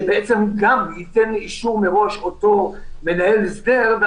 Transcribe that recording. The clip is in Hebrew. שגם בהן אותו מנהל הסדר ייתן אישור מראש,